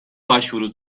başvuru